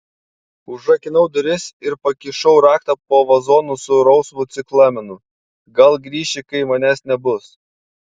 užrakinau duris ir pakišau raktą po vazonu su rausvu ciklamenu gal grįši kai manęs nebus